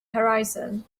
horizon